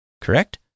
Correct